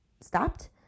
stopped